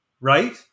Right